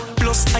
plus